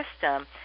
system